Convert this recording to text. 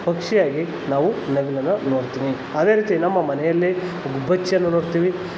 ಪಕ್ಷಿಯಾಗಿ ನಾವು ನವಿಲನ್ನು ನೋಡ್ತೀನಿ ಅದೇ ರೀತಿ ನಮ್ಮ ಮನೆಯಲ್ಲಿ ಗುಬ್ಬಚ್ಚಿಯನ್ನು ನೋಡ್ತೀವಿ